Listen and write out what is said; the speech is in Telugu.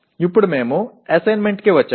ఇప్పుడు మేము అసైన్మెంట్కి వచ్చాము